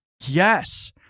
yes